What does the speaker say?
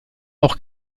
auch